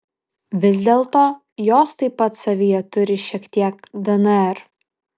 vis dėlto jos taip pat savyje turi šiek tiek dnr